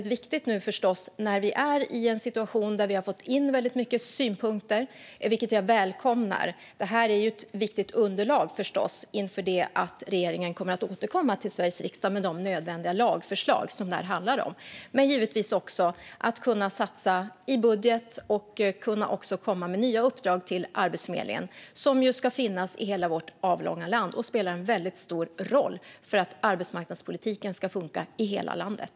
Vi har fått in mycket synpunkter, vilket jag välkomnar. Det här är ett viktigt underlag inför det att regeringen kommer att återkomma till Sveriges riksdag med de nödvändiga lagförslag som frågan gäller. Givetvis handlar det också om att kunna satsa i budget och lämna nya uppdrag till Arbetsförmedlingen. Den ska finnas i hela vårt avlånga land och spela en stor roll för att arbetsmarknadspolitiken ska funka i hela landet.